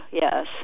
yes